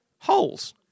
Holes